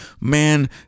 man